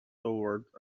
towards